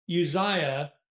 Uzziah